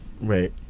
Right